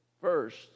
first